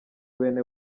bene